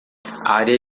área